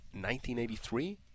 1983